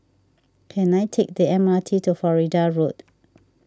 can I take the M R T to Florida Road